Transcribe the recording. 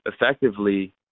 effectively